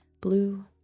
Blue